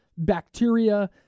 Bacteria